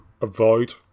avoid